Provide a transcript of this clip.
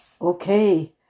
Okay